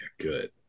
good